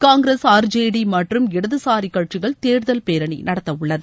Congress R J D மற்றும் இடதுசாரி கட்சிகள் தேர்தல் பேரணி நடத்தவுள்ளது